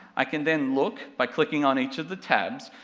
i can then look, by clicking on each of the tabs,